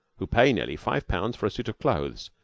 who pay nearly five pounds for a suit of clothes,